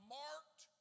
marked